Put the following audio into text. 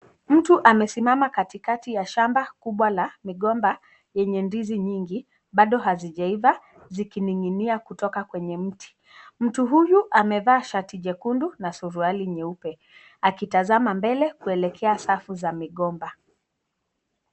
Mtu amesimama katikati ya shamba kubwa la migomba yenye ndizi nyingi bado hazijaiva zikininginia kutoka kwenye mti, mtu huyu amevaa shati nyekundu na suruali nyeupe, akitazama mbele kuelekea safu za migomba.